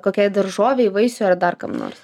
kokiai daržovei vaisiui ar dar kam nors